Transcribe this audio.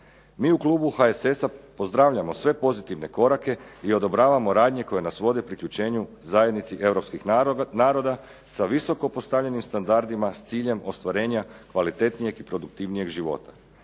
Mi u klubu HSS-a pozdravljamo sve pozitivne korake i odobravamo radnje koje nas vode priključenju zajednici europskih naroda sa visoko postavljenim standardima, s ciljem ostvarenja kvalitetnijeg i produktivnijeg života.